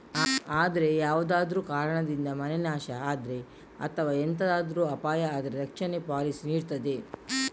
ಅಂದ್ರೆ ಯಾವ್ದಾದ್ರೂ ಕಾರಣದಿಂದ ಮನೆ ನಾಶ ಆದ್ರೆ ಅಥವಾ ಎಂತಾದ್ರೂ ಅಪಾಯ ಆದ್ರೆ ರಕ್ಷಣೆ ಪಾಲಿಸಿ ನೀಡ್ತದೆ